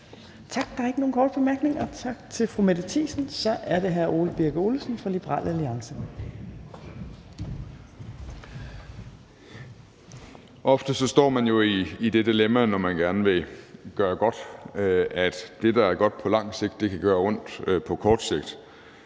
Ofte står man jo i det dilemma, når man gerne vil gøre godt, at det, der er godt på lang sigt, kan gøre ondt på kort sigt.